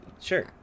sure